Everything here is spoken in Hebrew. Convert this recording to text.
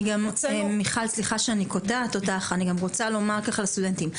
אני רוצה לומר לסטודנטים,